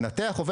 אני מנתח ועובד